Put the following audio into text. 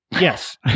Yes